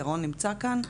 ירון נמצא כאן,